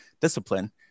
discipline